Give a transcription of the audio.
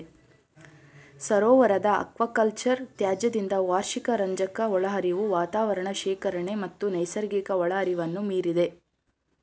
ಸರೋವರದ ಅಕ್ವಾಕಲ್ಚರ್ ತ್ಯಾಜ್ಯದಿಂದ ವಾರ್ಷಿಕ ರಂಜಕ ಒಳಹರಿವು ವಾತಾವರಣ ಶೇಖರಣೆ ಮತ್ತು ನೈಸರ್ಗಿಕ ಒಳಹರಿವನ್ನು ಮೀರಿದೆ